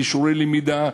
כישורי למידה,